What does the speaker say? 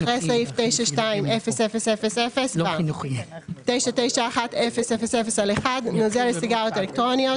אחרי סעיף 920000 בא: "991000/1--- נוזל לסיגריות אלקטרוניות.